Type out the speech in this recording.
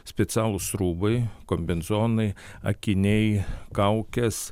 specialūs rūbai kombinzonai akiniai kaukės